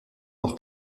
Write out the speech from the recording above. leur